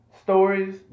Stories